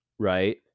Right